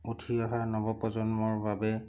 উঠি অহা নৱপ্ৰজন্মৰ বাবে